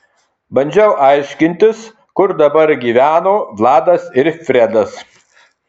bandžiau aiškintis kur dabar gyveno vladas ir fredas